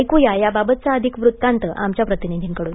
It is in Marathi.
ऐकूया याबाबत अधिक वृत्तांत आमच्या प्रतिनिधीकडून